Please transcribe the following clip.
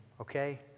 Okay